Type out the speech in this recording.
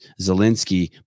Zelensky